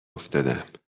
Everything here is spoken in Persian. افتادم